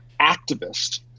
activist